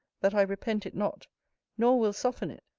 that i repent it not nor will soften it,